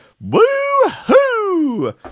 Woo-hoo